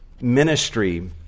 ministry